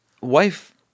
wife